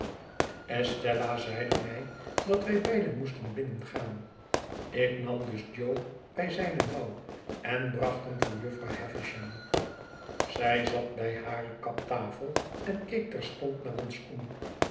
estella zeide mij dat wij beiden moesten binnengaan ik nam dus jo bij zijne mouw en bracht hem voor jufvrouw havisham zij zat bij hare kaptafel en keek terstond naar ons om